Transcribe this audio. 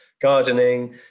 gardening